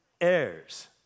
heirs